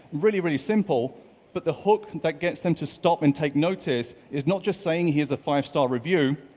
really, really simple but the hook that gets them to stop and take notice is not just saying here's a five star review,